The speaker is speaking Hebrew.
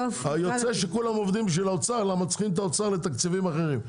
יוצא שכולם עובדים בשביל האוצר כי צריכים אותו לתקציבים אחרים.